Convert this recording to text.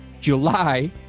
July